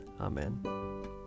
Amen